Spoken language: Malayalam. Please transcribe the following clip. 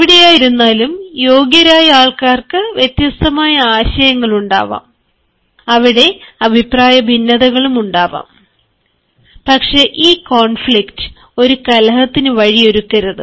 എവിടെയായിരുന്നാലും യോഗ്യതരായ ആൾക്കാർക്ക് വ്യത്യസ്തമായ ആശയങ്ങളുണ്ടാവാം അവിടെ അഭിപ്രായ ഭിന്നതകളും ഉണ്ടാവാം പക്ഷേ ഈ കോൺഫ്ലിക്ട് ഒരു കലഹത്തിന് വഴിയൊരുക്കരുത്